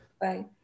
Bye